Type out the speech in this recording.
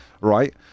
right